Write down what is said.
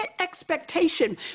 expectation